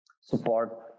Support